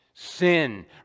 sin